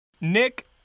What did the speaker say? Nick